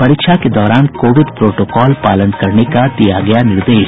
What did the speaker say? परीक्षा के दौरान कोविड प्रोटोकॉल पालन करने का दिया गया निर्देश